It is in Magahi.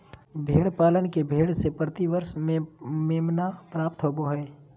भेड़ पालक के भेड़ से प्रति वर्ष मेमना प्राप्त होबो हइ